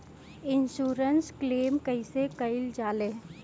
Insurance claim कइसे कइल जा ले?